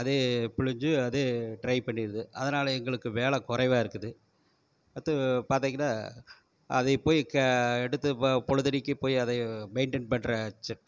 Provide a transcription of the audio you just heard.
அதே பிழிஞ்சி அதே ட்ரை பண்ணிடுது அதனால் எங்களுக்கு வேலை குறைவாருக்குது அடுத்து பார்த்தீங்கன்னா அதை போய் எடுத்து பொழுதனைக்கும் போய் அதை மெயின்டைன் பண்ணுற